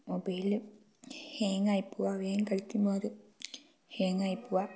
mobile ഹേങ്ങായി പോവുക വേഗം കളിക്കുമ്പോൾ അത് ഹേങ്ങായി പോവുക